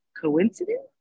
coincidence